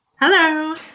hello